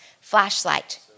flashlight